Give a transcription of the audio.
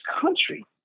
country